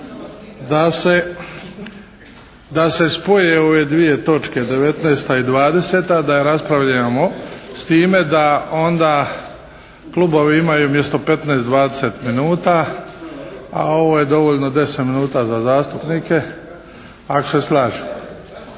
da se spoje ove dvije točke 19. i 20., da raspravljamo s time da onda klubovi onda imaju umjesto 15, 20 minuta a ovo je dovoljno 10 minuta za zastupnike. Ako se slažete?